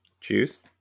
Juice